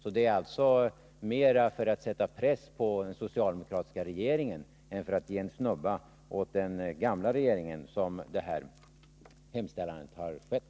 Det är alltså mera för att sätta press på den socialdemokratiska regeringen än för att ge en snubba åt den gamla regeringen som utskottets hemställan tillkommit.